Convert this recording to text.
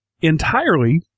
entirely